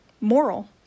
moral